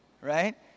Right